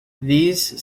these